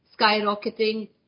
skyrocketing